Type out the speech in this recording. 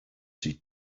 see